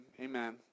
Amen